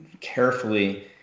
carefully